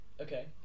okay